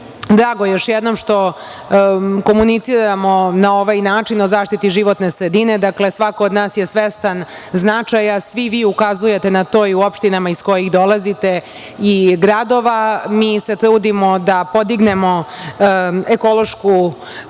drago još jednom što komuniciramo na ovaj način o zaštiti životne sredine. Dakle, svako od nas je svestan značaja. Svi vi ukazujete na to i u opštinama iz kojih dolazite i gradova. Mi se trudimo da podignemo ekološku svest.